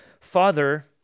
Father